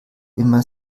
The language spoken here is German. immer